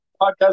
podcast